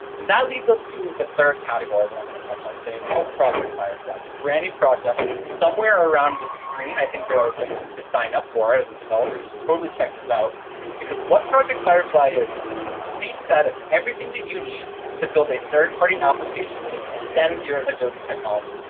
and that leads us to the third category that i'm going to touch on saying it's called project firefly. it's a brand new project, somewhere around the screen, i think there are links to sign up for it. as a developer, you should totally check this out because what project firefly is, it's a complete set of everything that you need to build a third-party application that extends your adobe technology.